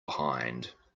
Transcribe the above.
behind